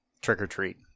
trick-or-treat